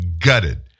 gutted